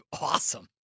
awesome